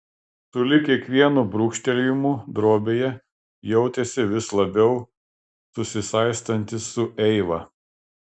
sulig kiekvienu brūkštelėjimu drobėje jautėsi vis labiau susisaistantis su eiva